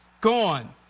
gone